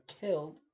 killed